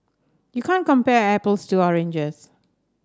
you can't compare apples to oranges